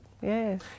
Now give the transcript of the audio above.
Yes